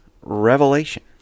revelation